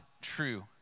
true